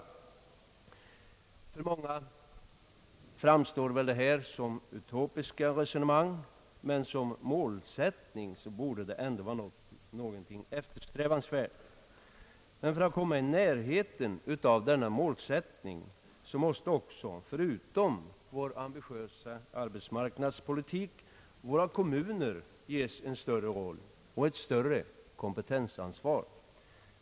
För många framstår väl detta som utopiska resonemang, men som målsättning bor de det ändå vara någonting eftersträvansvärt. För att komma i närheten av denna målsättning måste också, förutom vår ambitiösa arbetsmarknadspolitik, våra kommuner ges en större roll och ett större kompetensansvar.